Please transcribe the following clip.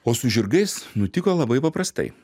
o su žirgais nutiko labai paprastai